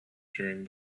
during